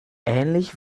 ähnlich